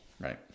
right